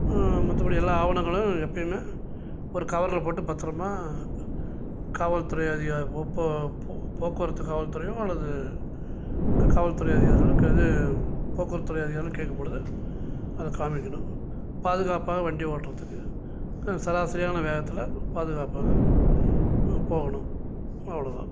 மற்றபடி எல்லா ஆவணங்களும் எப்போயுமே ஒரு கவரில் போட்டு பத்திரமா காவல்துறை அதிகா போ போ போ போக்குவரத்து காவல்துறையோ அல்லது காவல்துறை அதிகாரிகளோ க இது போக்குவரத்து துறை அதிகாரிகளோ கேட்கும் பொழுது அதை காண்பிக்கணும் பாதுகாப்பாக வண்டி ஓட்டுறதுக்கு சராசரியான வேகத்தில் பாதுகாப்பாக போகணும் அவ்வளோ தான்